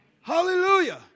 Hallelujah